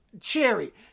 cherry